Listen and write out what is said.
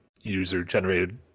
user-generated